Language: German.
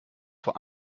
vor